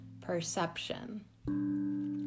perception